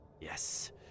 yes